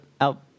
out